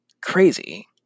crazy